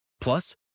Plus